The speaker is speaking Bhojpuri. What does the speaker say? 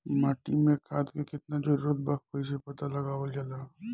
माटी मे खाद के कितना जरूरत बा कइसे पता लगावल जाला?